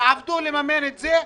והם עבדו לממן את זה.